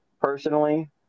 personally